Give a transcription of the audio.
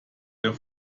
der